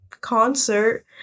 concert